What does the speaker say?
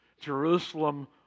Jerusalem